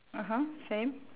(uh huh) same